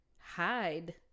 hide